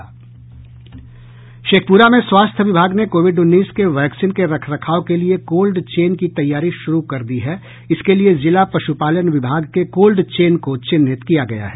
शेखप्ररा में स्वास्थ्य विभाग ने कोविड उन्नीस के वैक्सीन के रखरखाव के लिए कोल्ड चेन की तैयारी शुरू कर दी है इसके लिए जिला पशुपालन विभाग के कोल्ड चेन को चिन्हित किया गया है